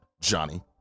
Johnny